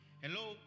Hello